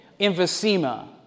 emphysema